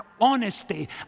honesty